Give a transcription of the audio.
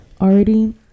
already